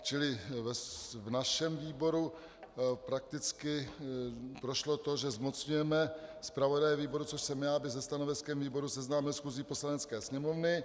Čili v našem výboru prakticky prošlo to, že zmocňujeme zpravodaje výboru, což jsem já, aby se stanoviskem výboru seznámil schůzi Poslanecké sněmovny.